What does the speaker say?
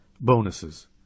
Bonuses